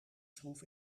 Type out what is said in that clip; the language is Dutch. schroef